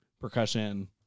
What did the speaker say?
percussion